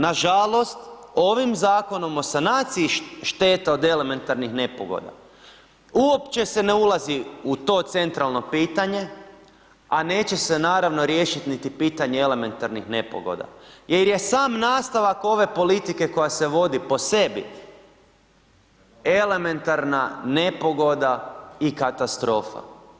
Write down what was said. Nažalost, ovim Zakonom o sanaciji šteta od elementarnih nepogoda uopće se ne ulazi u to centralno pitanje, a neće se naravno, riješiti niti pitanje elementarnih nepogoda jer je sam nastavak ove politike koja se vodi po sebi, elementarna nepogoda i katastrofa.